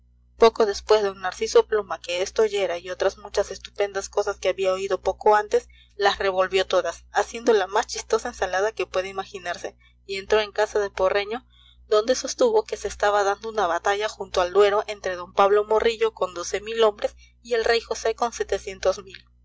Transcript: poco después d narciso pluma que esto oyera y otras muchas estupendas cosas que había oído poco antes las revolvió todas haciendo la más chistosa ensalada que puede imaginarse y entró en casa de porreño donde sostuvo que se estaba dando una batalla junto al duero entre d pablo morillo con doce mil hombres y el rey josé con setecientos mil